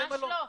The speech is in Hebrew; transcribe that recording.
ממש לא,